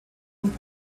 und